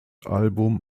album